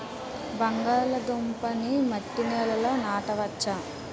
బంగాళదుంప నీ మట్టి నేలల్లో నాట వచ్చా?